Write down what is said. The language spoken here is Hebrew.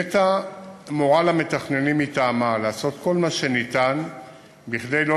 נת"ע מורה למתכננים מטעמה לעשות כל מה שניתן כדי שלא